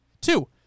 Two